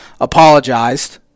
apologized